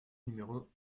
numéro